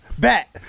bet